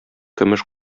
көмеш